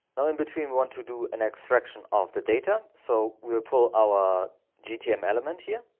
now in between one to do an extraction of the data. so we will pull our gtm element here.